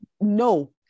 No